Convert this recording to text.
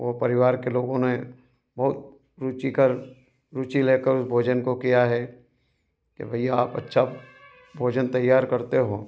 और परिवार के लोगों ने बहुत रुचिकर रुचि लेकर उस भोजन को किया है कि भईया आप अच्छा भोजन तैयार करते हो